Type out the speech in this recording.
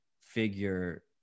figure